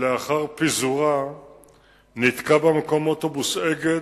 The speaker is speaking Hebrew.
ולאחר פיזורה נתקע במקום אוטובוס "אגד",